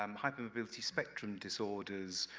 um hypermobliity spectrum disorders,